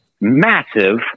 massive